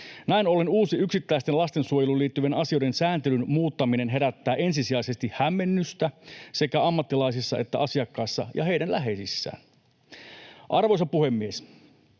Näin ollen uusi yksittäisten lastensuojeluun liittyvien asioiden sääntelyn muuttaminen herättää ensisijaisesti hämmennystä sekä ammattilaisissa että asiakkaissa ja heidän läheisissään.” Arvoisa puhemies!